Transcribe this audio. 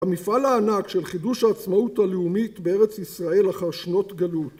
המפעל הענק של חידוש העצמאות הלאומית בארץ ישראל אחר שנות גלות